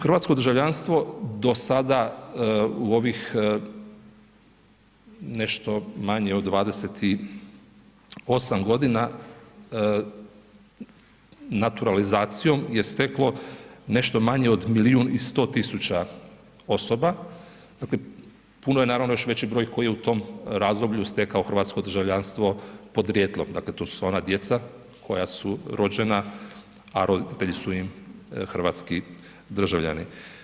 Hrvatsko državljanstvo do sada u ovih, nešto manje od 28 godina naturalizacijom je steklo nešto manje od milijun i 100 tisuća osoba, dakle, puno je naravno, još veći broj koji je u tom razdoblju stekao hrvatsko državljanstvo podrijetlom, dakle, tu su sva ona djeca koja su rođena, a roditelji su im hrvatski državljani.